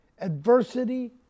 adversity